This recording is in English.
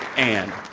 and.